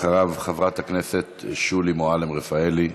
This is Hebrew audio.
אחריו, חברת הכנסת שולי מועלם-רפאלי.